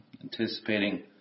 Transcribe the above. anticipating